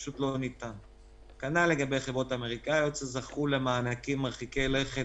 פשוט לא ניתן; כנ"ל לגבי חברות אמריקניות שזכו למענקים מרחיקי לכת,